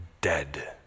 dead